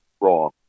wrong